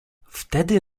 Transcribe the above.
wtedy